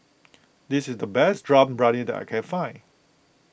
this is the best Dum Briyani that I can find